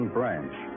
Branch